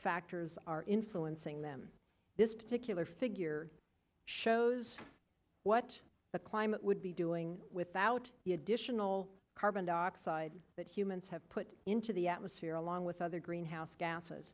factors are influencing them this particular figure shows what the climate would be doing without the additional carbon dioxide that humans have put into the atmosphere along with other greenhouse gases